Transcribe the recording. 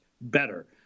better